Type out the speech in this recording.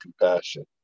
compassion